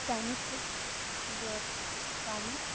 Chinese food য'ত chowmein